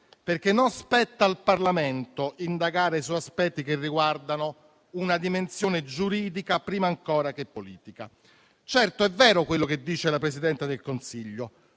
perché non spetta al Parlamento indagare su aspetti che riguardano una dimensione giuridica, prima ancora che politica. Certo, è vero quello che dice la Presidente del Consiglio